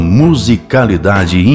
musicalidade